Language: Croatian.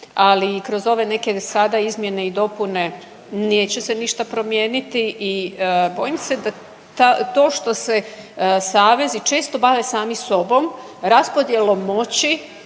ali i kroz ove neke sada izmjene i dopune neće se ništa promijeniti. I bojim se da to što se savezi često bave sami sobom, raspodjelom moći,